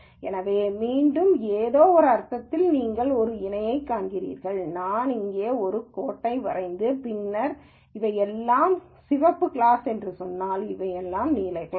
எனவே மீண்டும் ஏதோ ஒரு அர்த்தத்தில் நீங்கள் ஒரு இணையைக் காண்கிறீர்கள் நான் இங்கே ஒரு கோட்டை வரைந்து பின்னர் இது எல்லாம் சிவப்பு கிளாஸ் என்று சொன்னால் இது எல்லாம் நீல கிளாஸ்